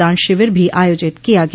दान शिविर भी आयोजित किया गया